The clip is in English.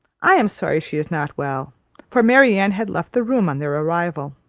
i am sorry she is not well for marianne had left the room on their arrival.